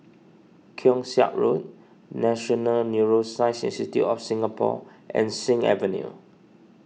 Keong Saik Road National Neuroscience Institute of Singapore and Sing Avenue